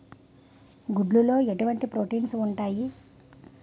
గుడ్లు లో ఎటువంటి ప్రోటీన్స్ ఉంటాయి?